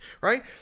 right